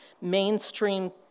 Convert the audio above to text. mainstream